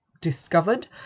discovered